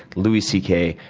louis c k,